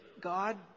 God